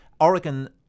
Oregon